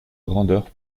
grandeur